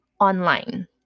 online